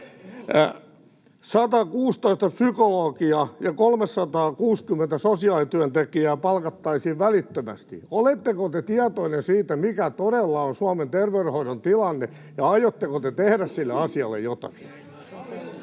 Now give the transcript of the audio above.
116 psykologia ja 360 sosiaalityöntekijää palkattaisiin välittömästi. Oletteko te tietoisia siitä, mikä todella on Suomen terveydenhoidon tilanne, ja aiotteko te tehdä sille asialle jotakin?